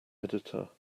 editor